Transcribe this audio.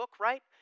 right